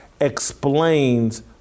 explains